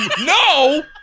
No